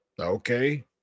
Okay